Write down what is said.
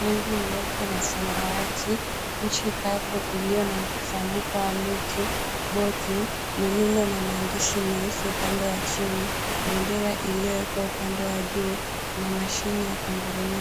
Rangi nyeupe na samawati. Nchi kavu iliyo na mkusanyiko wa miti, boti lililo na maandishi mausho upande wa chini. Bendera iliyowekwa upande wa juu na mashini ya kungurumia.